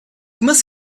must